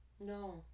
no